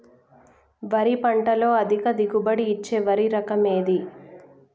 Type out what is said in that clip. వరి పంట లో అధిక దిగుబడి ఇచ్చే వరి రకం ఏది?